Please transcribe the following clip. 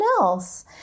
else